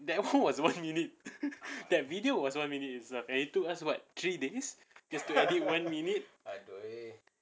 that [one] was one minute that video was one minute itself and it took us what three days just to edit one minute